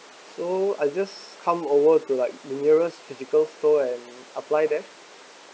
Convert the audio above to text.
so I just come over to like nearest physical store and apply there